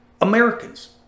Americans